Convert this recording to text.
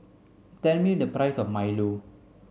tell me the price of Milo